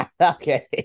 Okay